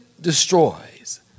destroys